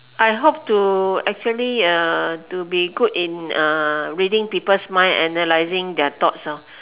I hope to actually uh to be good in uh reading people's mind analysing their thoughts ah